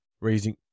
raising